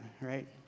right